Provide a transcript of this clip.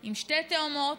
עם שתי תאומות,